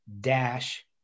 dash